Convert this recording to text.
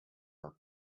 are